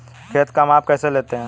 खेत का माप कैसे लेते हैं?